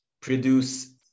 produce